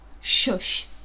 shush